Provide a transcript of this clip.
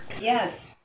Yes